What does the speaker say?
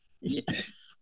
yes